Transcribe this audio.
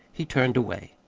he turned away.